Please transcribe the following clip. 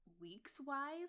weeks-wise